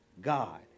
God